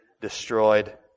destroyed